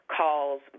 calls